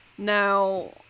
now